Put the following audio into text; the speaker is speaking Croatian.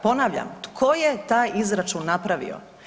Ponavljam tko je taj izračun napravio?